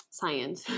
science